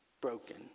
broken